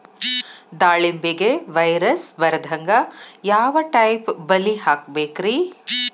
ದಾಳಿಂಬೆಗೆ ವೈರಸ್ ಬರದಂಗ ಯಾವ್ ಟೈಪ್ ಬಲಿ ಹಾಕಬೇಕ್ರಿ?